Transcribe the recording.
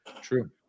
True